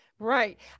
Right